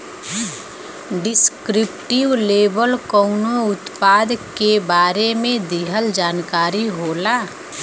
descriptive label कउनो उत्पाद के बारे में दिहल जानकारी होला